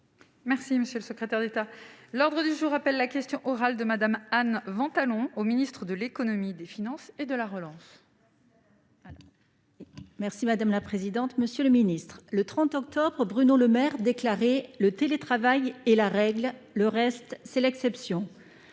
monsieur le secrétaire d'État à l'ordre du jour appelle la question orale de Madame Anne Van talons au Ministre de l'Économie, des finances et de la relance. Merci madame la présidente, monsieur le Ministre, le 30 octobre Bruno Le Maire, déclaré le télétravail est la règle, le reste c'est l'exception